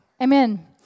Amen